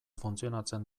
funtzionatzen